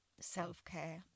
self-care